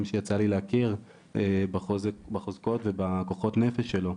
שיצא לי להכיר בחוזקות ובכוחות הנפש שלו,